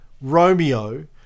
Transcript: Romeo